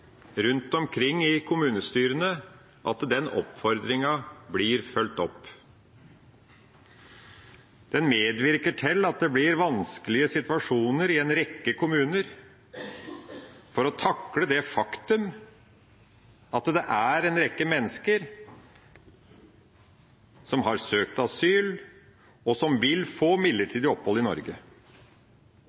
rundt omkring i kommunestyrene at den oppfordringa blir fulgt opp. Den medvirker til at det blir vanskelige situasjoner i en rekke kommuner knyttet til å takle det faktum at det er en rekke mennesker som har søkt asyl, og som vil få midlertidig opphold i Norge.